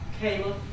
caleb